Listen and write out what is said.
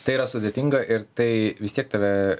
tai yra sudėtinga ir tai vis tiek tave